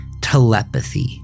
Telepathy